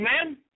amen